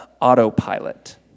autopilot